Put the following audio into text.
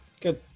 Good